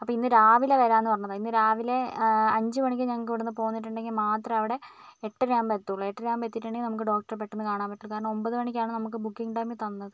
അപ്പം ഇന്ന് രാവിലെ വരാന്നു പറഞ്ഞതാണ് ഇന്ന് രാവിലെ അഞ്ച് മണിക്ക് ഞങ്ങള്ക് ഇവിടുന്നു പോന്നിട്ടുണ്ടെങ്കിൽ മാത്രം അവിടെ എട്ടര ആവുമ്പോൾ എത്തുള്ളു എട്ടരയാകുമ്പോൾ എത്തിട്ടുണ്ടെങ്കിൽ നമുക്ക് ഡോക്ടറെ പെട്ടന്ന് കാണാൻ പറ്റുള്ളൂ കാരണം ഒൻപത് മണിക്കാണ് നമുക്ക് ബുക്കിങ് ടൈമ് തന്നത്